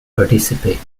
participate